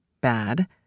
bad